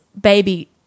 baby